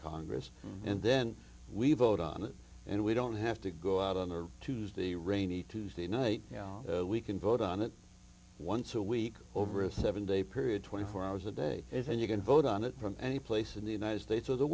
congress and then we vote on it and we don't have to go out on a tuesday rainy tuesday night we can vote on it once a week over a seven day period twenty four hours a day and you can vote on it from any place in the united states